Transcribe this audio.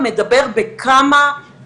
אני כבר שמעתי עליה,